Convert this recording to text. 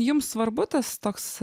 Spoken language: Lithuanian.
jums svarbu tas toks